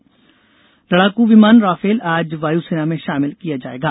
Rafale लड़ाकू विमान Rafale आज वायूसेना में शामिल किया जाएगा